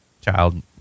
child